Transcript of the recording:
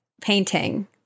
painting